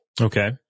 Okay